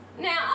Now